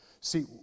See